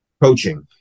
Coaching